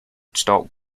stopped